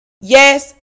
Yes